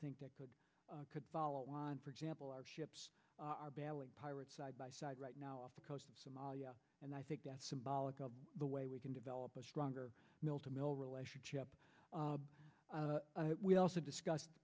that could could follow on for example our ships are battling pirates side by side right now off the coast of somalia and i think that's symbolic of the way we can develop a stronger mil to mil relationship we also discussed